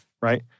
right